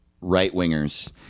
right-wingers